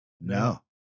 No